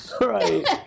Right